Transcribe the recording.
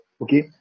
Okay